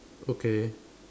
okay